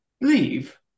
leave